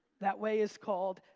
that way is called,